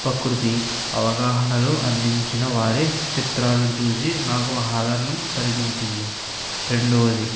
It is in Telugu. పకృతి అవగాహనలు అందించిన వారి చిత్రాలను చూసి నాకు అహాదరనం కలిగించింది రెండవది